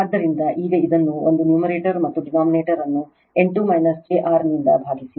ಆದ್ದರಿಂದ ಈಗ ಇದನ್ನು ಒಂದು ನ್ಯೂಮರೇಟರ್ ಮತ್ತು ಡಿನಾಮಿನೇಟರ್ ಅನ್ನು 8 j 6 ನಿಂದ ಭಾಗಿಸಿ